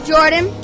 Jordan